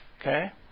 Okay